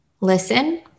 listen